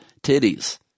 titties